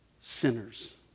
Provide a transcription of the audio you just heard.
sinners